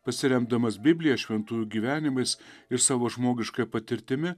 pasiremdamas biblija šventųjų gyvenimais ir savo žmogiškąja patirtimi